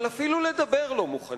אבל אפילו לדבר לא מוכנים,